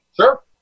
Sure